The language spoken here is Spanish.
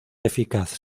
eficaz